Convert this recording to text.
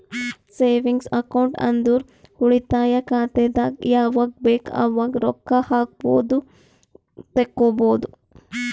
savings account ಅಂದುರ್ ಉಳಿತಾಯ ಖಾತೆದಾಗ್ ಯಾವಗ್ ಬೇಕ್ ಅವಾಗ್ ರೊಕ್ಕಾ ಹಾಕ್ಬೋದು ತೆಕ್ಕೊಬೋದು